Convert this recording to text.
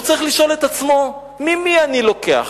והוא צריך לשאול את עצמו: ממי אני לוקח?